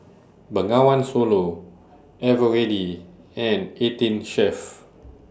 Bengawan Solo Eveready and eighteen Chef